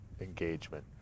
engagement